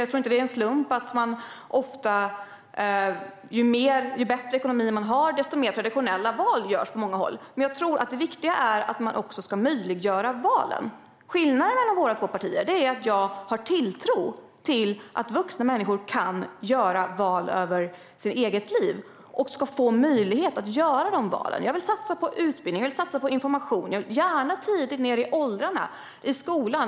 Jag tror inte att det är en slump att man på många håll ofta gör mer traditionella val ju bättre ekonomi man har. Men jag tror att det viktiga är att möjliggöra valen. Skillnaderna mellan våra två partier är att mitt parti har tilltro till att vuxna människor kan göra val för sitt eget liv. Vi anser att de också ska få möjlighet att göra de valen. Jag vill satsa på utbildning. Jag vill satsa på information, gärna tidigt i åldrarna och i skolan.